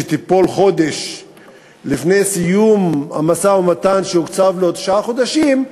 שתיפול חודש לפני סיום המשא-ומתן שהוקצבו לו תשעה חודשים,